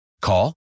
Call